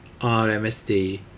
rmsd